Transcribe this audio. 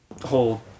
whole